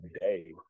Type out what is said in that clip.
day